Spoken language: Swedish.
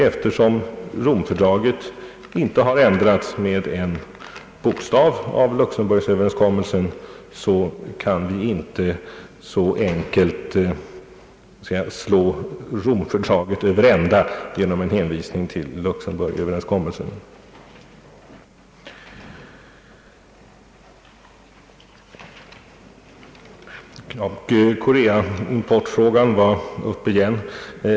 Eftersom Romfördraget inte har ändrats med en enda bokstav av Luxemburgöverenskommelsen, kan vi inte utan vidare slå Romfördraget över ända genom en hänvisning till Luxemburgöverenskommelsen. Frågan om importen från Sydkorea var uppe igen.